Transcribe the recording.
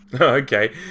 Okay